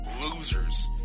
losers